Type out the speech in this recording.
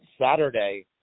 Saturday